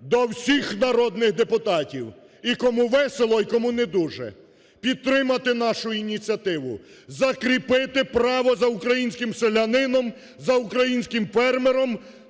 до всіх народних депутатів і кому весело, і кому не дуже, підтримати нашу ініціативу, закріпити право за українським селянином, за українським фермером,